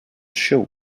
shoe